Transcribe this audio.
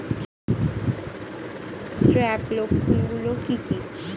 Scab লক্ষণ গুলো কি কি?